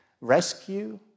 rescue